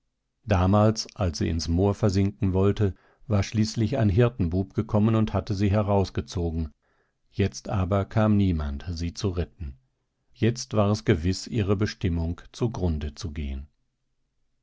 damals als sie ins moor versinken wollte war schließlich ein hirtenbub gekommen und hatte sie herausgezogen jetzt aber kam niemand sie zu retten jetzt war es gewiß ihre bestimmung zugrunde zu gehen